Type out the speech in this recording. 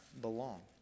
belong